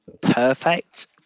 Perfect